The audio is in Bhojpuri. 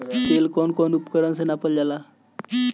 तेल कउन कउन उपकरण से नापल जाला?